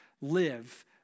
live